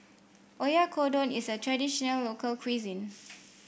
Oyakodon is a traditional local cuisine